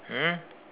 hmm